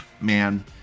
man